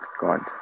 God